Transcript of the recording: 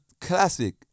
classic